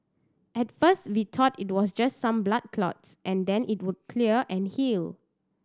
at first we thought it was just some blood clots and then it would clear and heal